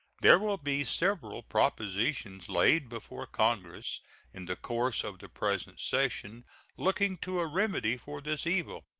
there will be several propositions laid before congress in the course of the present session looking to a remedy for this evil.